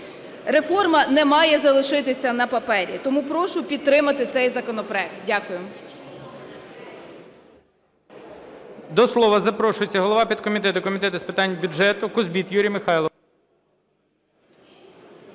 Реформа не має залишитися на папері, тому прошу підтримати цей законопроект. Дякую.